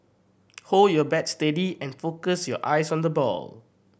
hold your bat steady and focus your eyes on the ball